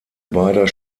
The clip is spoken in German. beider